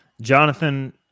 Jonathan